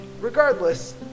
Regardless